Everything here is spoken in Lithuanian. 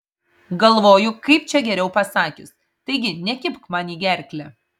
galvoju kaip čia geriau pasakius taigi nekibk man į gerklę